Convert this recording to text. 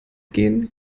gehen